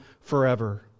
forever